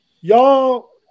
Y'all